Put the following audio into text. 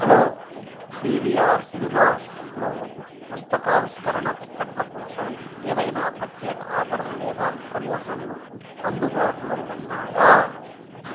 hello P V R సినిమాస్లో పుస్తకావిష్కరణ టిక్కెట్ల కోసం ఏదైనా ప్రత్యేక ఆఫర్లు లేదా ప్రమోషన్లు అందుబాటులో ఉన్నాయా